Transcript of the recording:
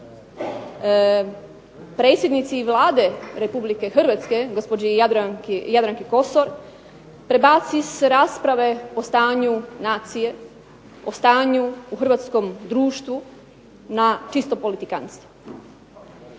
predsjednici Vlade Republike Hrvatske gospođi Jadranki Kosor prebaci s rasprave o stanju nacije, o stanju u hrvatskom društvu na čisto politikantstvo.